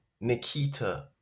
Nikita